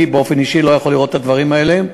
אני באופן אישי לא יכול לראות את הדברים האלה,